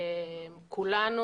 כולנו,